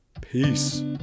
Peace